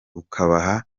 ukabaha